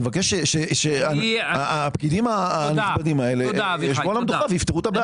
אני מבקש שהפקידים הנכבדים האלה יישבו על המדוכה ויפתרו את הבעיה.